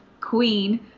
queen